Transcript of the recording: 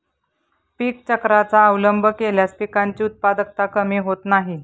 पीक चक्राचा अवलंब केल्यास पिकांची उत्पादकता कमी होत नाही